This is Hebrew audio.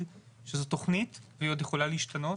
שזאת תוכנית והיא עוד יכולה להשתנות.